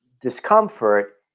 discomfort